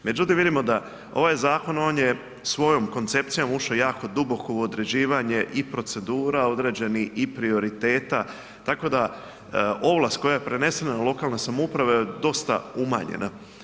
Međutim, vidimo da ovaj zakon on je svojom koncepcijom ušao jako duboko u određivanje i procedura određenih i prioriteta tako da ovlast koja je prenesena na lokalne samouprave dosta umanjena.